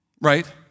Right